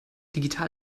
digital